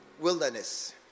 wilderness